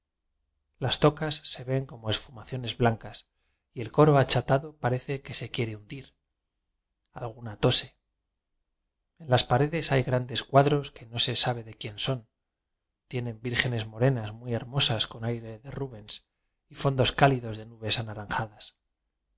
las tocas se ven como esfumaciones blan cas y el coro achatado parece que se quiere hundir alguna tose en las paredes hay grandes cuadros que no se sabe de quién son tienen vírgenes morenas muy hermosas con aires de rubens y fondos cálidos de nubes anaranjadas